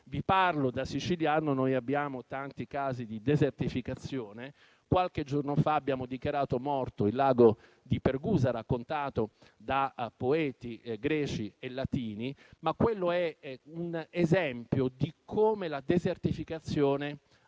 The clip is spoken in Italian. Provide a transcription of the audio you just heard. Vi parlo da siciliano: abbiamo tanti casi di desertificazione e qualche giorno fa abbiamo dichiarato morto il lago di Pergusa, raccontato da poeti greci e latini. Quello è un esempio di come la desertificazione avanza